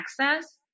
access